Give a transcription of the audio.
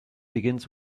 begins